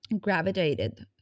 gravitated